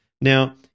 Now